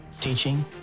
Teaching